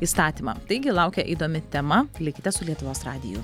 įstatymą taigi laukia įdomi tema likite su lietuvos radiju